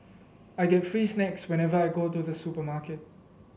I get free snacks whenever I go to the supermarket